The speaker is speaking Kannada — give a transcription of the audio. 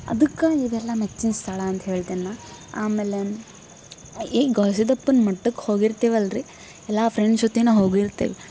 ಅದಕ್ಕೆ ಇವೆಲ್ಲ ಮೆಚ್ಚಿನ ಸ್ಥಳ ಅಂತ ಹೇಳ್ತೀನಿ ನಾನು ಆಮೇಲೆ ಈ ಗವಿ ಸಿದ್ದಪ್ಪನ ಮಠಕ್ಕೆ ಹೋಗಿರ್ತೀವಲ್ರಿ ಎಲ್ಲ ಫ್ರೆಂಡ್ಸ್ ಜೊತೆಯೂ ಹೋಗಿರ್ತೀವಿ